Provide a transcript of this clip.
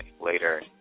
later